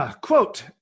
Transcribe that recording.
Quote